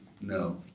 no